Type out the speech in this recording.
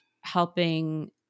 helping